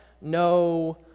no